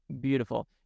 Beautiful